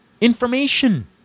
information